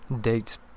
dates